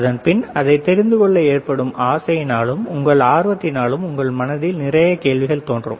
அதன் பின்பு அதை தெரிந்துகொள்ள ஏற்படும் ஆசையினாலும் உங்கள் ஆர்வத்தினாலும் உங்கள் மனதில் நிறைய கேள்விகள் தோன்றும்